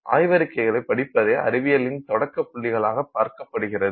ஆய்வறிக்கைளைப் படிப்பதே அறிவியலில் தொடக்க புள்ளிகளாக பார்க்கப்படுகிறது